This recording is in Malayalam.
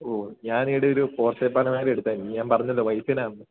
ഓ ഞാൻ ഈയിടെ ഒരു പോർഷെ പനമാരയെടുത്തായിരുന്നു ഞാൻ പറഞ്ഞല്ലോ വൈഫിനാന്ന്